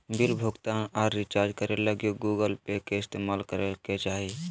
bill भुगतान आर recharge करे ले गूगल पे के इस्तेमाल करय के चाही